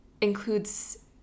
includes